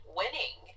winning